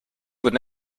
would